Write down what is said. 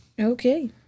Okay